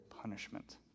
punishment